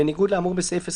בניגוד לאמור בסעיף 22כח(ב),